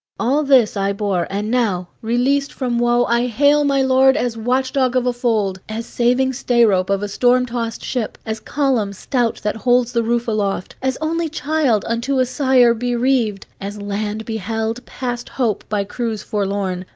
all this i bore, and now, released from woe, i hail my lord as watch-dog of a fold, as saving stay-rope of a storm-tossed ship, as column stout that holds the roof aloft, as only child unto a sire bereaved, as land beheld, past hope, by crews forlorn,